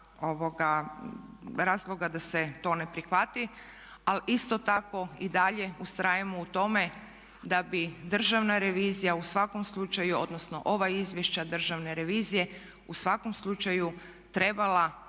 razloga da se to ne prihvati, ali isto tako i dalje ustrajemo u tome da bi Državna revizija u svakom slučaju, odnosno ova izvješća Državne revizije u svakom slučaju trebala